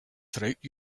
throughout